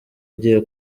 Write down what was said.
ugiye